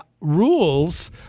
rules